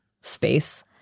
space